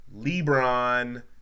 LeBron